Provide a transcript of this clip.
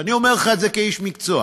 ואני אומר לך את זה כאיש מקצוע,